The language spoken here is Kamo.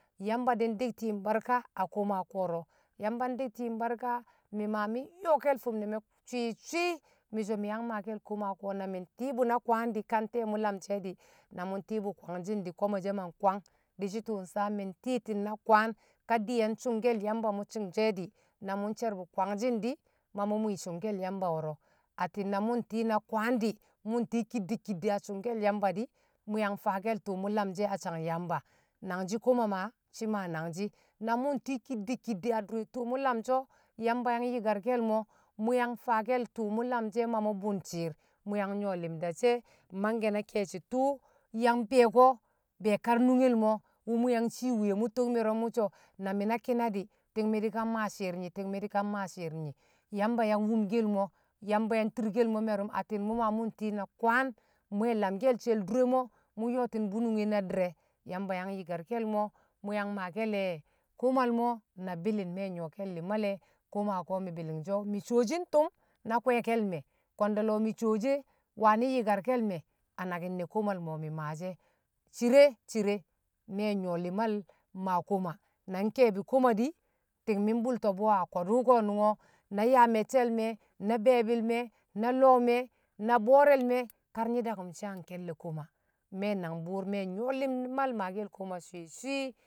Yamba di̱ ndi̱kti̱ yṵm barka a koma ko̱ro̱, yamba ndi̱kti̱yṵm barka mi̱ ma mi nyo̱ke̱l fi̱m ne̱ me̱ swi swi̱ mi̱ so̱ mi̱ yang maake̱l koma ko̱ na mi̱ nti̱i̱bṵ na kwaan di̱ ka nte̱e̱ mṵ lamshe̱ di̱ na mṵ nti̱i̱ bṵ kwangshi̱n di̱ koma she̱ ma Kwang, dishi̱ tṵṵ sa mi̱ ti̱i̱ti̱n na kwan ka di̱ye̱n sṵngke̱l yamba mṵ sung she̱ di̱ na mṵ she̱r bṵ kwangshi̱n di̱ ma mṵ muni̱ sṵngke̱l yamba wo̱ro̱ atti̱n na mṵ nti̱i̱ na kwaan di̱ mṵ nti̱i̱ kiddi kiddi a sṵngke̱l yamba di̱ mṵ yang faa to̱o̱ mṵ lamshi e̱ a sang yamba nangshi̱ koma ma shi̱ ma nangshi̱ na mṵ nti̱i̱ kiddi̱ kiddi̱ adur tṵṵ mṵ lamshi o̱ yamba yang yikarkiel mu̱ yan fakel tu̱ mu̱ lamshi̱ e̱ ma mṵ bṵn shi̱i̱r, mṵ yang nyṵwo̱ limda she̱ mangke̱ na ke̱e̱shi̱ to̱o̱ yang be̱yo̱ko̱ be̱e̱ kar nunge le̱ mo̱, wṵ mṵ yang ceii wuye mṵ tok me̱rṵm mṵso̱ na mi̱ na ki̱na di̱ ti̱ng mi̱ di̱kan mmaashi̱i̱r nyi̱ ting mi̱ di̱kan maa shi̱i̱r nyi̱ yamba yang wumkel mo̱ yamba yang turkel mo̱ me̱rṵm atti̱n mṵ ma mṵ ti̱ na kwang mu̱ we̱ lamkel she̱l dure mo̱ mun yotinbu nunge na di̱re̱ yamba yang yikarke̱l mo̱ muyang maake̱ le̱ koma na bi̱li̱ng me̱ nyṵwo̱ke̱l li̱ma le̱koma ko̱ mi̱ sho̱shin tṵm na kwe̱e̱ke̱l me̱, kwe̱nde̱le̱ mi̱ sho̱ she̱ e̱ wani̱ yi̱karke̱l a naki̱n ne̱ komal me̱ mṵ mi̱ maashi̱e̱ cire cire me̱ nyṵwo̱ li̱mal maa koma na nke̱e̱bi̱ komadi̱ ti̱ng mṵ mbṵlto̱ bṵ a ko̱dṵ ko̱nṵngo̱ na yaa me̱cce̱ me̱ na be̱e̱bi̱l me̱ na lo̱o̱ me̱ na bo̱o̱re̱l me̱ kar nyi̱ dakṵm shi a nke̱lle̱ koma me nangbṵṵr me̱ nyṵwo̱ limal maa koma swi̱-swi̱.